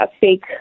fake